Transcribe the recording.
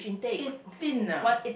eighteen ah